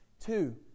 Two